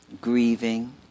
grieving